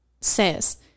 says